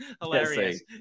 hilarious